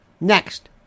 next